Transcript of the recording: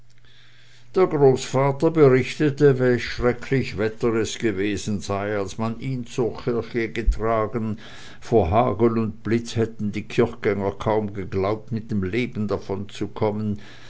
der großvater berichtete welch schrecklich wetter es gewesen sei als man ihn zur kirche getragen vor hagel und blitz hätten die kirchgänger kaum geglaubt mit dem leben